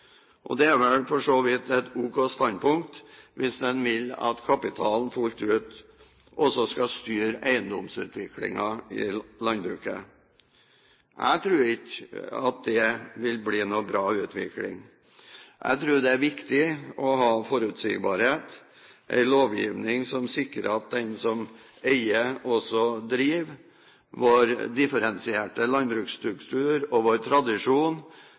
Det er for så vidt et ok standpunkt, hvis en vil at kapitalen fullt ut også skal styre eiendomsutviklingen i landbruket. Jeg tror ikke at det vil bli noen bra utvikling. Jeg tror det er viktig å ha forutsigbarhet, en lovgivning som sikrer at den som eier, også driver. Vår differensierte landbruksstruktur og vår tradisjon